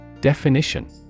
Definition